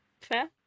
Fair